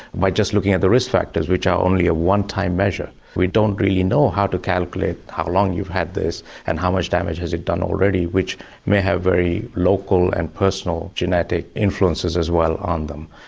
by just looking at the risk factors which are only a one time measure we don't really know how to calculate how long you've had this and how much damage has it done already which may have very local and personal genetic influences as well on them.